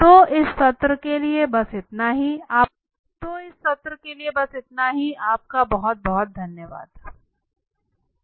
तो यह सब इस सत्र में किया आपका बहुत बहुत धन्यवाद है